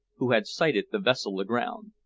who had sighted the vessel aground?